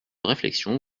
réflexion